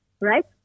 right